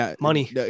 Money